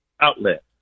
outlet